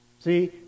See